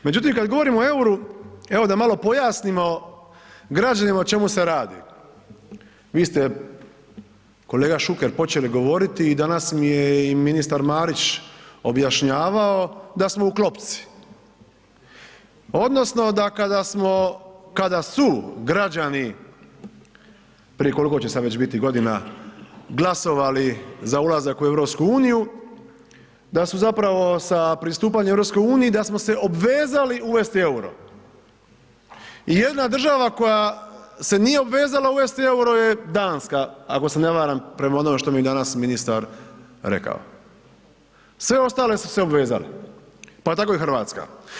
Međutim, kad govorimo o EUR-u evo da malo pojasnimo građanima o čemu se radi, vi ste kolega Šuker počeli govoriti i danas mi je i ministar Marić objašnjavao da smo u klopci odnosno da kada smo, kada su građani, prije koliko će sad već biti godina, glasovali za ulazak u EU, da su zapravo sa pristupanjem EU da smo se obvezali uvesti EUR-o i jedina država koja se nije obvezala uvesti EUR-o je Danska, ako se ne varam prema onome što mi je danas ministar rekao, sve ostale su se obvezale, pa tako i RH.